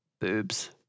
boobs